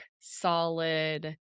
solid